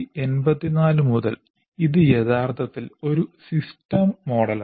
1984 മുതൽ ഇത് യഥാർത്ഥത്തിൽ ഒരു സിസ്റ്റം മോഡലാണ്